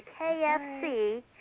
KFC